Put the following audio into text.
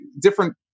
Different